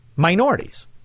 Minorities